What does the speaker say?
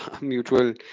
mutual